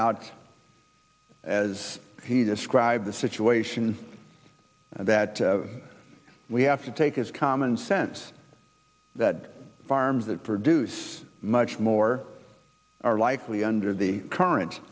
out as he described the situation that we have to take is common sense that farms that produce much more are likely under the current